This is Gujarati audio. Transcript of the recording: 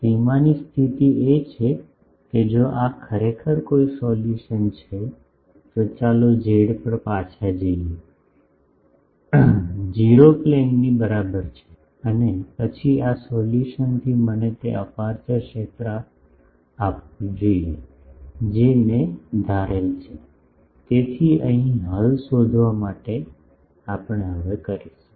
સીમાની સ્થિતિ એ છે કે જો આ ખરેખર કોઈ સોલ્યુશન છે ચાલો z પર પાછા જઈએ 0 પ્લેનની બરાબર છે અને પછી આ સોલ્યુશનથી મને તે અપેરચ્યોર ક્ષેત્ર આપવું જોઈએ જે મેં ધારેલ છે તેથી અહીં હલ શોધવા માટે આપણે હવે કરીશું